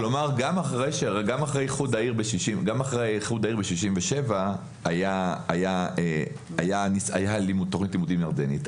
גם אחרי איחוד העיר בשנת 1967 הייתה תוכנית לימודים ירדנית.